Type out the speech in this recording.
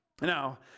Now